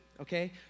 okay